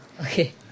Okay